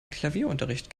klavierunterricht